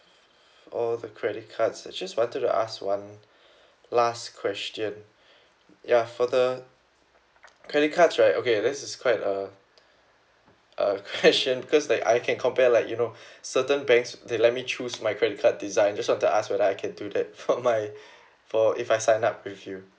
all the credit cards just wanted to ask one last question ya for the credit cards right okay this is quite a uh question because like I can compare like you know certain banks they let me choose my credit card design just want to ask whether I can do that for my for if I sign up with you